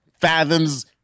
fathoms